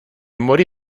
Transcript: morì